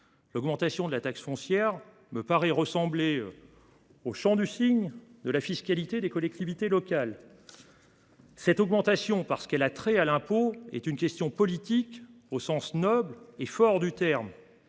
L’augmentation de la taxe foncière me paraît ressembler au chant du cygne de la fiscalité des collectivités locales. Cette augmentation, parce qu’elle a trait à l’impôt, est une question politique, au sens noble et fort du terme.